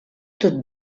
tot